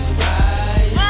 right